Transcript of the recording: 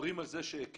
מדברים על זה שהקלו.